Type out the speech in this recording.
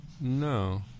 No